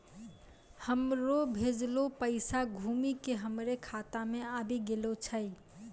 हमरो भेजलो पैसा घुमि के हमरे खाता मे आबि गेलो छै